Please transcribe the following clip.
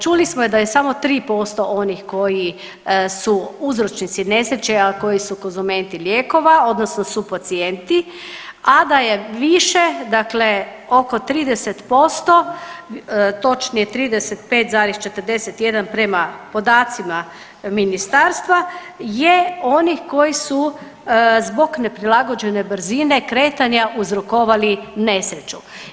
Čuli smo da je samo 3% onih koji su uzročnici nesreće, a koji su konzumenti lijekova odnosno subpacijenti, a da je više dakle oko 30%, točnije 35,41 prema podacima ministarstva je onih koji su zbog neprilagođene brzine kretanja uzrokovali nesreću.